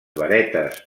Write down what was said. varetes